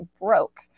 broke